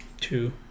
two